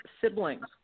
siblings